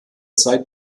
zeit